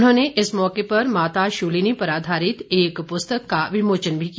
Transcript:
उन्होंने इस मौके पर माता शूलिनी पर आधारित एक पुस्तक का विमोचन भी किया